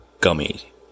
gummy